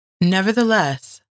Nevertheless